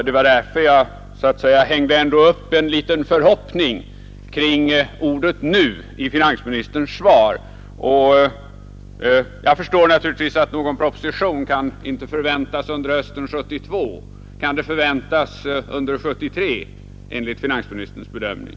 Det var därför jag så att säga hängde upp en liten förhoppning kring ordet ”nu” i finansministerns svar. Jag förstår att någon proposition inte kan förväntas under hösten 1972. Kan den förväntas under 1973, enligt finansministerns bedömning?